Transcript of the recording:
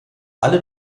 alle